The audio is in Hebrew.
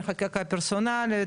על חקיקה פרסונלית.